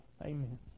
Amen